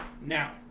now